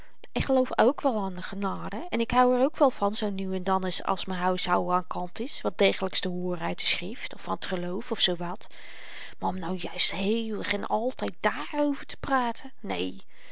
ik geloof k wel aan de genade en ik houd er k wel van zoo nu en dan eens als m'n huishouden aan kant is wat degelyks te hooren uit de schrift of van t geloof of zoowat maar om nu juist eeuwig en altyd dààrover te praten